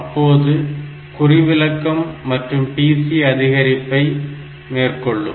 அப்போது குறிவிலக்கம் மற்றும் PC அதிகரிப்பை மேற்கொள்ளும்